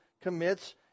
commits